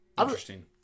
Interesting